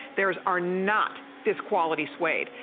theirs are not this quality suede.